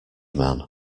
man